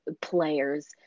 players